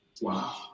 Wow